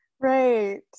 right